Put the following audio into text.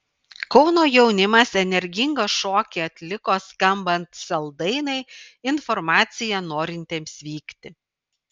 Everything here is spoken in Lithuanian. kauno jaunimas energingą šokį atliko skambant sel dainai informacija norintiems vykti